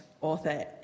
author